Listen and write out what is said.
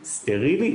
סטרילי,